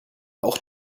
auch